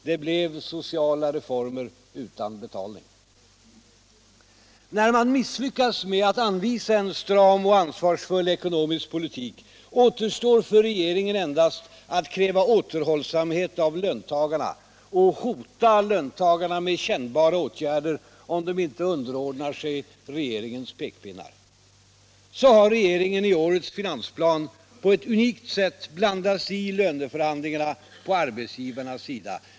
Det blev sociala reformer utan betalning. När man misslyckats med att anvisa en stram och ansvarsfull ekonomisk politik återstår för regeringen endast att kräva återhållsamhet av löntagarna och hota löntagarna med kännbara åtgärder, om de inte underordnar sig regeringens pekpinnar. Så har regeringen i årets finansplan på ett unikt sätt blandat sig i löneförhandlingarna på arbetsgivarnas sida.